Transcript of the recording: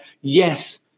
yes